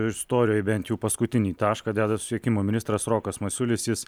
istorijoj bent jau paskutinį tašką deda susisiekimo ministras rokas masiulis jis